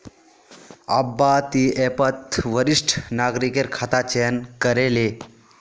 अब्बा ती ऐपत वरिष्ठ नागरिकेर खाता चयन करे ले